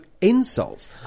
insults